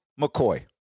McCoy